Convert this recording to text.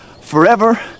forever